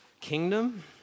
kingdom